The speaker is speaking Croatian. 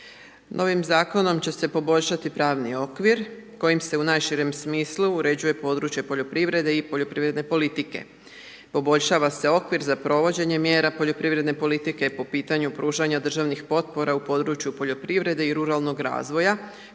Novim zakonom će se poboljšati pravni okvir kojim se u najširem smislu uređuje područje poljoprivrede i poljoprivredne politike, poboljšava se okvir za provođenje mjera poljoprivredne politike po pitanju pružanja državnih potpora u području poljoprivrede i ruralnog razvoja